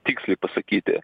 tiksliai pasakyti